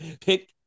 pick